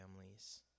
families